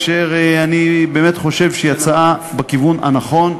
אשר אני באמת חושב שהיא הצעה בכיוון הנכון,